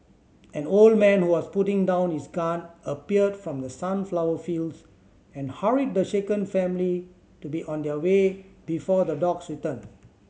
an old man who was putting down his gun appeared from the sunflower fields and hurried the shaken family to be on their way before the dogs return